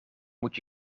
moet